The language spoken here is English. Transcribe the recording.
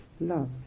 love